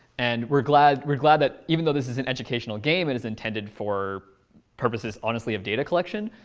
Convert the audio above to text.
and we're glad we're glad that, even though this is an educational game, it is intended for purposes honestly of data collection,